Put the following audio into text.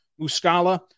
Muscala